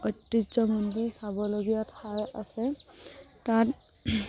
ঐতিহ্যমণ্ডিত চাবলগীয়া ঠাই আছে তাত